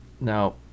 Now